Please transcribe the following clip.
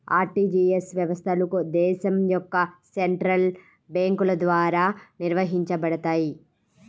RTGS వ్యవస్థలు దేశం యొక్క సెంట్రల్ బ్యేంకుల ద్వారా నిర్వహించబడతయ్